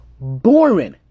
boring